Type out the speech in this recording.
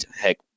heck